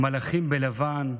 מלאכים בלבן,